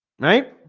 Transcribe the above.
night